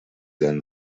and